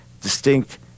distinct